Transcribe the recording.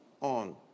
on